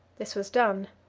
this was done.